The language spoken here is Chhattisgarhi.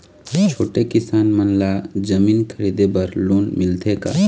छोटे किसान मन ला जमीन खरीदे बर लोन मिलथे का?